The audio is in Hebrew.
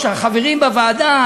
החברים בוועדה,